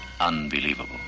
Unbelievable